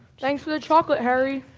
thanks for the chocolate, harry.